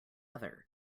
other